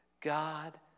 God